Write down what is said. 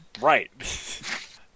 Right